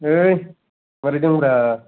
ऐ मारै दं ब्रा